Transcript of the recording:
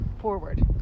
forward